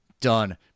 done